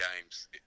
games